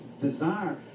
desire